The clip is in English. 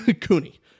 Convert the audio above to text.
Cooney